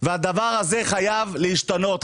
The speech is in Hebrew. הדבר הזה חייב להשתנות.